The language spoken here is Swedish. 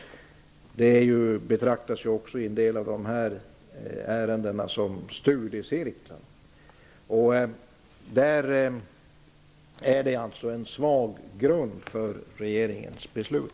I en del av dessa ärenden betraktas det som studiecirklar. Det är en svag grund för regeringens beslut.